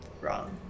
wrong